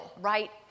right